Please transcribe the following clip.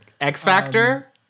X-Factor